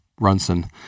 Runson